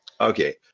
Okay